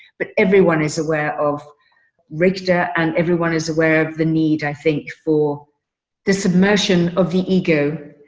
but everyone is aware of rechter and everyone is aware of the need. i think for the submersion of the ego